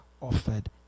offered